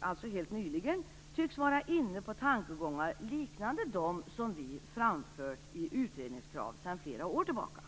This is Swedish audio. alltså helt nyligen, tycks vara inne på tankegångar liknande dem som vi har framfört i utredningskrav sedan flera år tillbaka.